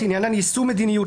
עניינן יישום מדיניות,